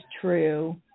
true